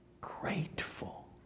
grateful